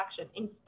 Action